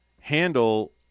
handle